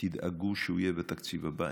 תדאגו שהוא יהיה בתקציב הבא.